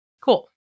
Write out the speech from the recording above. cool